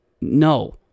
no